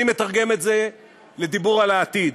אני מתרגם את זה לדיבור על העתיד: